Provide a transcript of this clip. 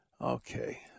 Okay